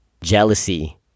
jealousy